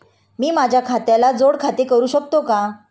मी माझ्या खात्याला जोड खाते करू शकतो का?